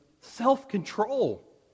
self-control